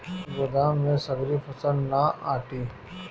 गोदाम में सगरी फसल ना आटी